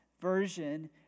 version